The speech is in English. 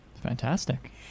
Fantastic